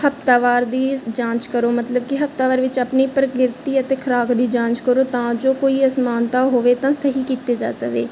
ਹਫਤਾਵਾਰ ਦੀ ਜਾਂਚ ਕਰੋ ਮਤਲਬ ਕਿ ਹਫਤਾਵਾਰ ਵਿੱਚ ਆਪਣੀ ਪ੍ਰਕਿਰਤੀ ਅਤੇ ਖੁਰਾਕ ਦੀ ਜਾਂਚ ਕਰੋ ਤਾਂ ਜੋ ਕੋਈ ਅਸਮਾਨਤਾ ਹੋਵੇ ਤਾਂ ਸਹੀ ਕੀਤੇ ਜਾ ਸਕੇ